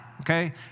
Okay